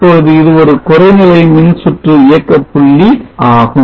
இப்பொழுது இது ஒரு குறைநிலை மின்சுற்று இயக்க புள்ளி ஆகும்